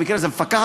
במקרה הזה המפקחת,